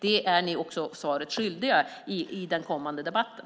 Där är ni också svaret skyldiga i den kommande debatten.